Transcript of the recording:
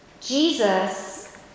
Jesus